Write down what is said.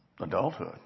adulthood